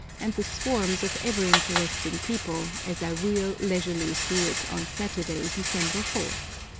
and the swarms of ever-interesting people, as i wheel leisurely through it on saturday, december fourth.